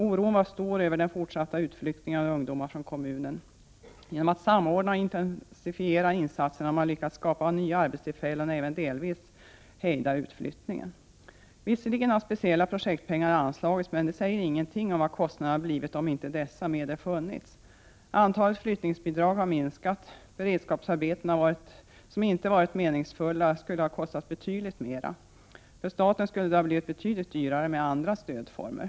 Oron var stor över den fortsatta utflyttningen av ungdomar från kommunen. Genom att samordna och intensifiera insatserna har man lyckats skapa nya arbetstillfällen och även delvis hejda utflyttningen. Visserligen har speciella projektpengar anslagits, men det säger ingenting om vad kostnaderna blivit om inte dessa medel funnits. Antalet flyttningsbidrag har minskat. Beredskapsarbeten som inte varit meningsfulla skulle ha kostat betydligt mera. För staten skulle det ha blivit betydligt dyrare med andra stödformer.